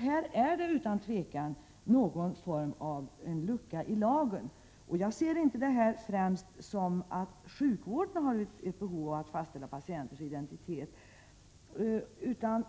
Här är utan tvivel en lucka i lagen. Jag ser inte detta problem så att det främst är sjukvården som har behov av att fastställa en patients identitet, utan